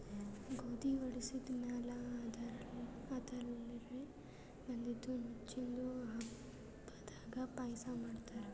ಗೋಧಿ ವಡಿಸಿದ್ ಮ್ಯಾಲ್ ಅದರ್ಲೆ ಬಂದಿದ್ದ ನುಚ್ಚಿಂದು ಹಬ್ಬದಾಗ್ ಪಾಯಸ ಮಾಡ್ತಾರ್